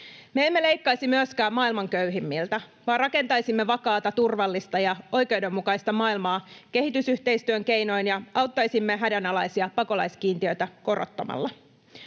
Me emme leikkaisi myöskään maailman köyhimmiltä, vaan rakentaisimme vakaata, turvallista ja oikeudenmukaista maailmaa kehitysyhteistyön keinoin ja auttaisimme hädänalaisia pakolaiskiintiötä korottamalla.